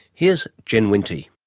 here's jen whyntie.